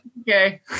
Okay